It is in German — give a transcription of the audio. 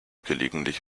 gelegentlich